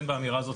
אין באמירה הזו,